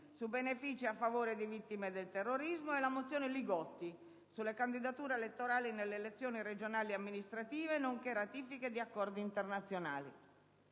su benefici a favore di vittime del terrorismo e la mozione Li Gotti sulle candidature elettorali nelle elezioni regionali amministrative, nonché ratifiche di accordi internazionali.